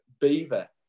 Beaver